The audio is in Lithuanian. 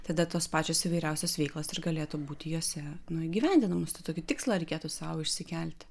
tada tos pačios įvairiausios veiklos ir galėtų būti jose nu įgyvendinamus tai tokį tikslą reikėtų sau išsikelti